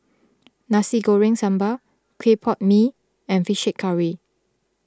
Nasi Goreng Sambal Clay Pot Mee and Fish Head Curry